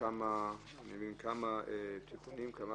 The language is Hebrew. התשל"א